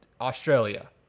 Australia